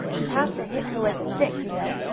you have to hit her with a stick you know,